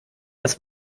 das